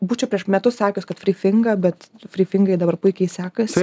būčiau prieš metus sakęs kad free finga bet frifingai dabar puikiai sekasi